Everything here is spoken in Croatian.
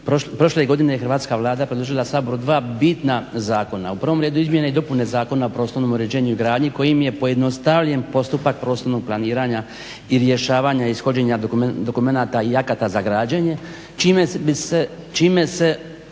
prošle godine je hrvatska Vlada predložila Saboru dva bitna zakona, u prvom redu izmjene i dopune Zakona o prostornom uređenju i gradnji kojim je pojednostavljen postupak prostornog planiranja i rješavanja ishođenja dokumenata i akata za građenje čime se